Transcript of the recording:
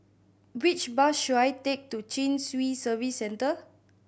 which bus should I take to Chin Swee Service Centre